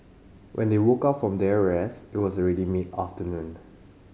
when they woke up from their rest it was already mid afternoon